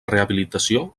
rehabilitació